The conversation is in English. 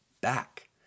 back